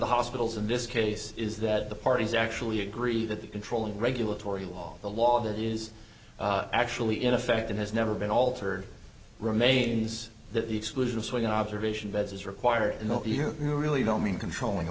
the hospitals in this case is that the parties actually agree that the controlling regulatory law the law that is actually in effect and has never been altered remains that the exclusion of swing observation beds is required no you really don't mean controlling